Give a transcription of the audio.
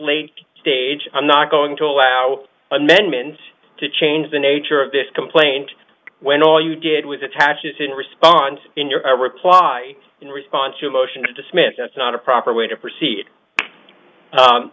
late stage i'm not going to allow amendments to change the nature of this complaint when all you did was attaches in response in your reply in response to a motion to dismiss that's not a proper way to proceed